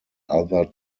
other